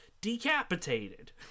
decapitated